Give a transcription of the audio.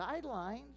guidelines